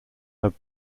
have